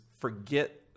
forget